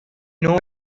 know